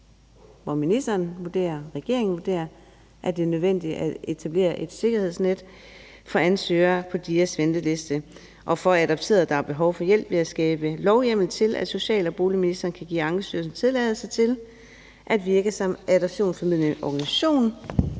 og regeringen vurderer, at det er nødvendigt at etablere et sikkerhedsnet for ansøgere på DIA's venteliste og for adopterede, der har behov for hjælp, ved at skabe lovhjemmel til, at social- og boligministeren kan give Ankestyrelsen tilladelse til at virke som adoptionsformidlende organisation